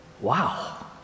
Wow